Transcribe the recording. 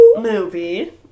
movie